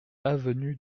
avenue